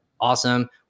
awesome